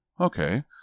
okay